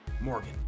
Morgan